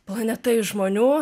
planeta iš žmonių